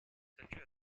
statue